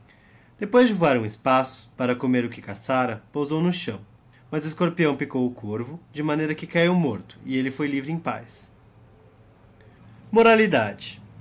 depois de vale um espaço para comer o que caçara pousou no chão mas o escorpião picou o corvo de maneira que caliio morto e elle foi livre em paz